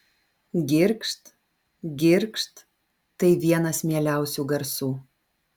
girgžt girgžt tai vienas mieliausių garsų